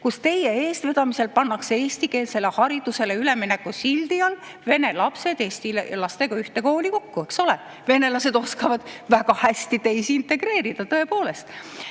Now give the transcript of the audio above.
kus teie eestvedamisel pannakse eestikeelsele haridusele ülemineku sildi all vene lapsed eesti lastega ühte kooli kokku? Venelased oskavad väga hästi teisi integreerida, tõepoolest.